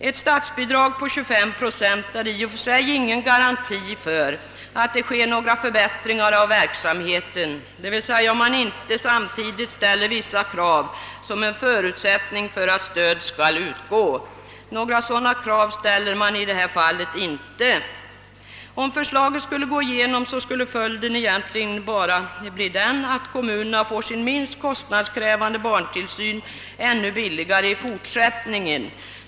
Ett statsbidrag om 25 procent är i och för sig ingen garanti för en förbättring av verksamheten, om man inte samtidigt ställer vissa krav som förutsättning för att stöd skall utgå. Och några sådana krav har i detta fall inte ställts. Om förslaget skulle gå igenom, bleve följden egentligen bara den att kommunerna får sin minst kostnadskrävande barntillsyn ännu billigare framdeles.